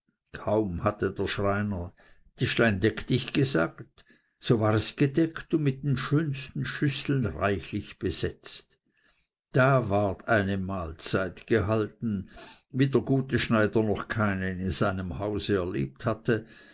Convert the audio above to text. kaum hatte der schreiner tischchen deck dich gesagt so war es gedeckt und mit den schönsten schüsseln reichlich besetzt da ward eine mahlzeit gehalten wie der gute schneider noch keine in seinem hause erlebt hatte